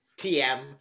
TM